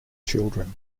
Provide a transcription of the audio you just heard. children